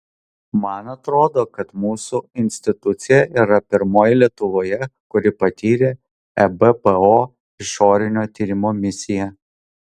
man atrodo kad mūsų institucija yra pirmoji lietuvoje kuri patyrė ebpo išorinio tyrimo misiją